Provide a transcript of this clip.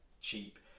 cheap